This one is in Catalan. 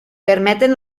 permeten